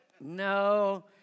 No